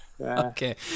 Okay